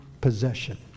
possession